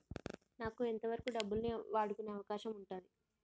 నాకు ఎంత వరకు డబ్బులను వాడుకునే అవకాశం ఉంటది?